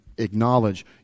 acknowledge